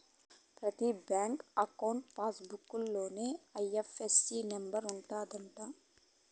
ప్రతి bank account passbook లోనే IFSC number ఉంటది అంట